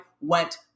went